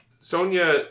Sonia